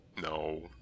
no